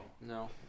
No